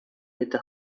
eta